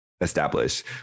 establish